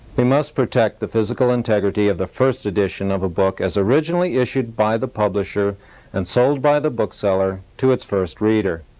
we must protect the physical integrity of the first edition of a book as originally issued by the publisher and sold by the bookseller to its first reader.